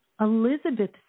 Elizabeth